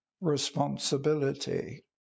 responsibility